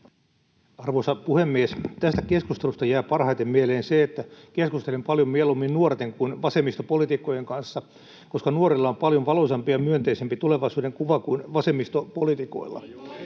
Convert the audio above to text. Arvoisa puhemies! Tästä keskustelusta jää parhaiten mieleen se, että keskustelen paljon mieluummin nuorten kuin vasemmistopoliitikoiden kanssa, koska nuorilla on paljon valoisampi ja myönteisempi tulevaisuudenkuva kuin vasemmistopoliitikoilla.